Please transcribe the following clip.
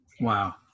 Wow